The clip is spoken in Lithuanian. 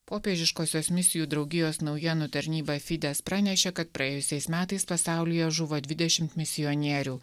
popiežiškosios misijų draugijos naujienų tarnyba fides pranešė kad praėjusiais metais pasaulyje žuvo dvidešim misionierių